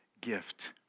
gift